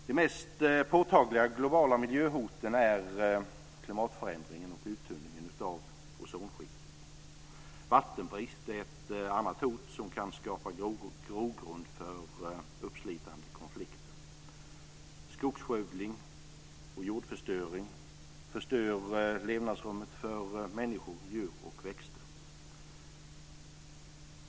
De mest påtagliga globala miljöhoten är klimatförändringen och uttunningen av ozonskiktet. Vattenbrist är ett annat hot som kan skapa grogrund för uppslitande konflikter. Skogsskövling och jordförstöring förstör levnadsrummet för människor, djur och växter.